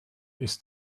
ist